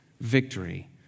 victory